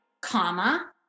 comma